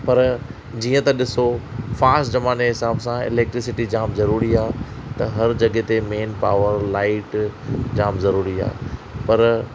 पर जीअं त ॾिसो फास्ट ज़माने जे हिसाब सां इलेक्ट्रिसिटी जाम ज़रूरी आहे त हर जॻह ते मेन पावर लाइट जाम ज़रूरी आहे पर